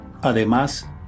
además